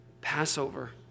Passover